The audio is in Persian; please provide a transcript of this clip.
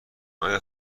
آیا